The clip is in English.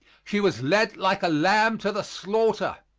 she was led like a lamb to the slaughter.